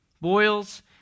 boils